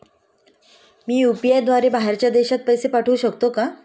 मी UPI द्वारे बाहेरच्या देशात पैसे पाठवू शकतो का?